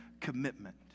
commitment